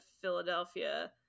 Philadelphia